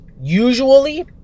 usually